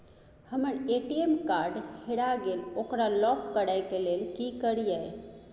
हमर ATM card हेरा गेल ओकरा लॉक करै के लेल की करियै?